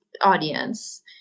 audience